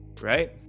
right